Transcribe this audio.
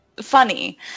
funny